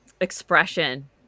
expression